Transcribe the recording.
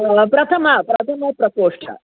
हा प्रथमा प्रथमा प्रकोष्ठा